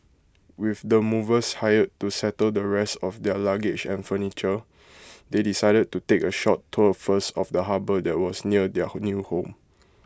with the movers hired to settle the rest of their luggage and furniture they decided to take A short tour first of the harbour that was near their new home